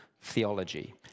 theology